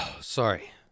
Sorry